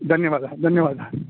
धन्यवादः धन्यवादः